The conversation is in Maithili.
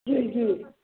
जी जी